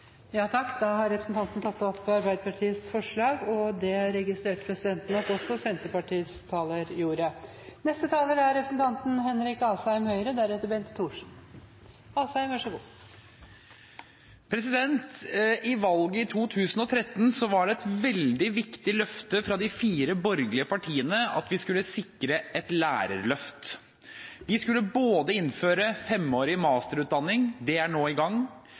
tatt opp de forslagene han refererte til. Ved valget i 2013 var det et veldig viktig løfte fra de fire borgerlige partiene at vi skulle sikre et lærerløft. Vi skulle innføre femårig masterutdanning – det er nå i gang.